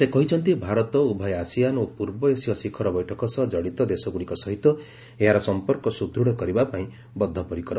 ସେ କହିଛନ୍ତି ଭାରତ ଉଭୟ ଆସିଆନ ଓ ପୂର୍ବ ଏସୀୟ ଶିଖର ବୈଠକ ସହ ଜଡ଼ିତ ଦେଶଗୁଡ଼ିକ ସହିତ ଏହାର ସଂପର୍କ ସୁଦୂଢ଼ କରିବା ପାଇଁ ବଦ୍ଧପରିକର